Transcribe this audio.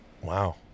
Wow